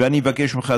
ואני מבקש ממך,